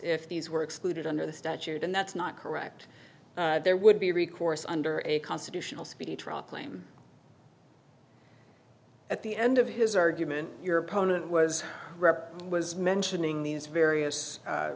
if these were excluded under the statute and that's not correct there would be recourse under a constitutional speedy trial claim at the end of his argument your opponent was rep was mentioning these various